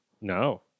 No